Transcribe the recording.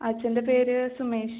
അച്ഛൻ്റെ പേര് സുമേഷ്